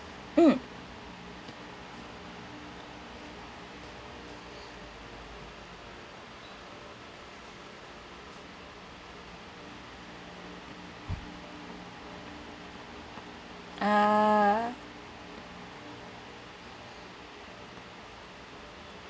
mm ah